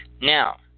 Now